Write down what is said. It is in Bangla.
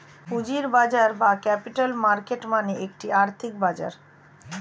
পুঁজির বাজার বা ক্যাপিটাল মার্কেট মানে একটি আর্থিক বাজার